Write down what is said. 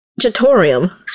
Jatorium